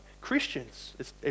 Christians